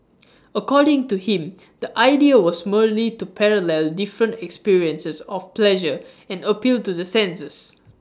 according to him the idea was merely to parallel different experiences of pleasure and appeal to the senses